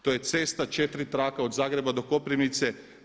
To je cesta 4 trake od Zagreba do Koprivnice.